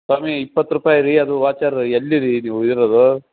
ಸ್ವಾಮಿ ಇಪ್ಪತ್ತು ರೂಪಾಯಿ ರೀ ಅದು ವಾಚರ್ ಎಲ್ಲಿ ರೀ ನೀವು ಇರೋದು